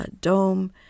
dome